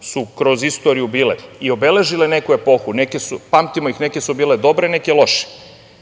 su kroz istoriju bile i obeležile neku epohu. Pamtimo ih, neke su bile dobre, neke loše,